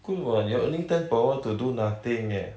good what you're earning ten per hour to do nothing eh